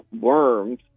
worms